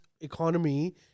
economy